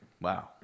Wow